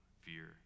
fear